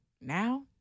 Now